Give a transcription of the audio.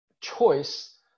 choice